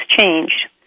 changed